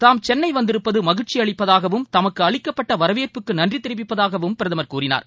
தாம் சென்னை வந்திருப்பது மகிழ்ச்சியளிப்பதாகவும் தமக்கு அளிக்கப்பட்ட வரவேற்புக்கு நன்றி தெரிவிப்பதாகவும் பிரதமர் கூறினார்